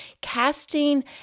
casting